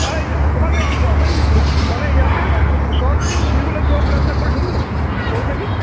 এই অকমান এই লোক মানে ইয়াতে ওচৰতে ক'ৰবাত ফুৰিবলৈ যোৱাৰ প্লেন এটা কৰিছোঁ বুলি ভাবক কৰোঁ নেকি